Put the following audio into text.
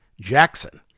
jackson